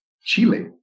Chile